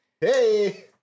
Hey